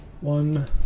one